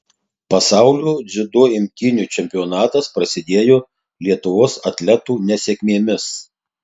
pasaulio dziudo imtynių čempionatas prasidėjo lietuvos atletų nesėkmėmis